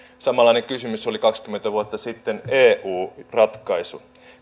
samanlainen kysymys oli kaksikymmentä vuotta sitten eu ratkaisu